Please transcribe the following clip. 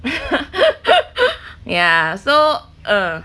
ya so uh